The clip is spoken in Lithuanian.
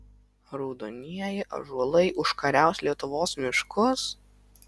raudonieji ąžuolai užkariaus lietuvos miškus